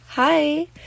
Hi